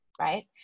right